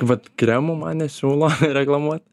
vat kremų man nesiūlo reklamuot